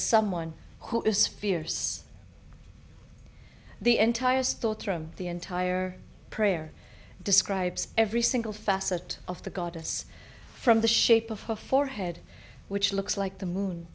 someone who is fierce the entire store through the entire prayer describes every single facet of the goddess from the shape of her forehead which looks like the moon